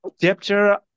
chapter